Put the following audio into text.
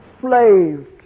slaved